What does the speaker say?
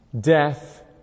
death